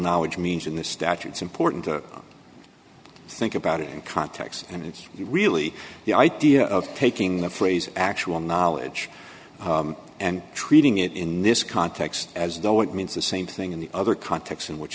knowledge means in this statue it's important to think about it in context and it's really the idea of taking the phrase actual knowledge and treating it in this context as though it means the same thing in the other context in which